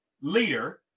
leader